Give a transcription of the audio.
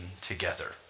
together